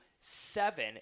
seven